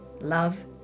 Love